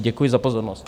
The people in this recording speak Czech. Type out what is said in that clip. Děkuji za pozornost.